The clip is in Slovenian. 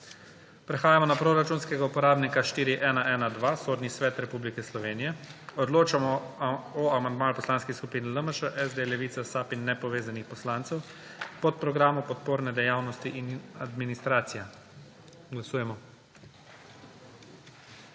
Prehajamo na proračunskega uporabnika 4112 − Sodni svet Republike Slovenije. Odločamo o amandmaju poslanskih skupin LMŠ, SD, Levica, SAB in nepovezanih poslancev k podprogramu Podporne dejavnosti in administracija. Glasujemo.